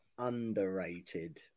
underrated